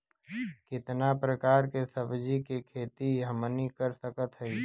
कितना प्रकार के सब्जी के खेती हमनी कर सकत हई?